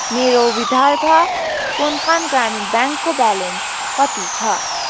मेरो विदार्भ कोंकण ग्रामीण ब्याङ्कको ब्यालेन्स कति छ